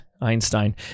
Einstein